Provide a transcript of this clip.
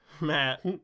Matt